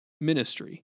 ministry